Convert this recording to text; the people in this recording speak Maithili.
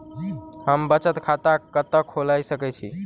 हम बचत खाता कतऽ खोलि सकै छी?